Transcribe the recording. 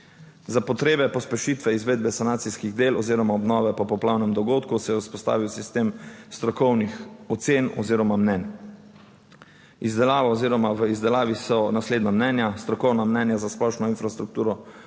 Za potrebe pospešitve izvedbe sanacijskih del oziroma obnove po poplavnem dogodku, se je vzpostavil sistem strokovnih ocen oziroma mnenj. Izdelava oziroma v izdelavi so naslednja mnenja: strokovna mnenja za splošno infrastrukturo